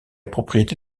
propriété